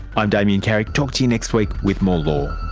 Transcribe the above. i'm damien carrick, talk to you next week with more law